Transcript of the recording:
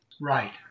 Right